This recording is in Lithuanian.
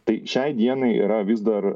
tai šiai dienai yra vis dar